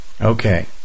Okay